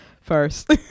first